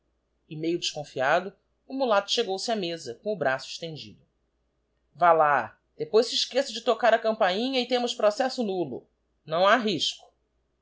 e meio desconfiado o mulato chegou-se á mesa com o braço estendido vá depois se esqueça lá de tocar a campainha e temos processo nuuo não ha risco